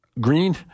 Green